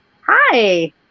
hi